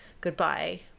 goodbye